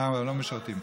מי אמר את זה?